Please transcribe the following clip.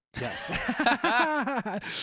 yes